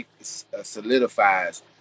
solidifies